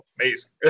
amazing